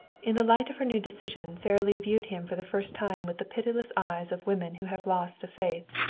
in the light of her new decision sara lee viewed him for the first time with the pitiless eyes of women who have lost a faith.